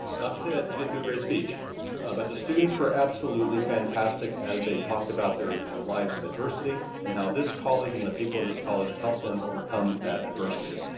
not to say that you didn't do a great speech but the students were absolutely fantastic as they talked about their lives of adversity and how this college and the people of this college helped them overcome that adversity.